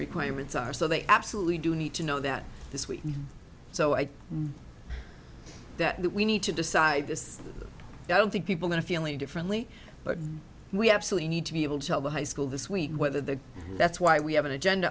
requirements are so they absolutely do need to know that this week so i think that we need to decide this i don't think people are feeling differently but we have silly need to be able to tell the high school this week whether they're that's why we have an agenda